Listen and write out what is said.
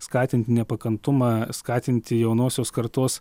skatint nepakantumą skatinti jaunosios kartos